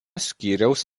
skyriaus